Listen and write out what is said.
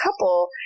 couple